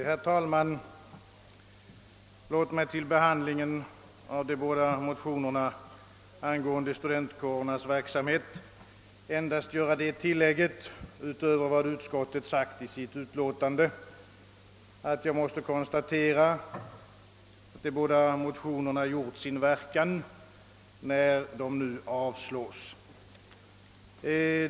Herr talman! Låt mig till behandlingen av de likalydande motionerna I: 531 och II: 667 angående studentkårernas verksamhet endast göra det tilllägget utöver vad utskottet skrivit i sitt utlåtande, att jag konstaterar, att motionerna har gjort sin verkan, när de nu har avstyrkts.